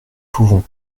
pouvons